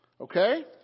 Okay